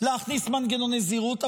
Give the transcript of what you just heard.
בהרבה דברים להכניס מנגנוני זהירות,